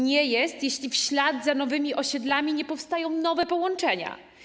Nie jest normą, jeśli w ślad za nowymi osiedlami nie powstają nowe połączenia.